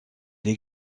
les